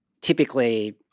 typically